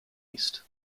east